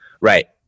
Right